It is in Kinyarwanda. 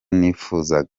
nifuzaga